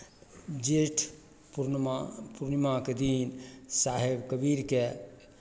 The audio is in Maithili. जेठ पूर्णिमा पूर्णिमाक दिन साहेब कबीरके